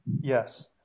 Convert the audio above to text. Yes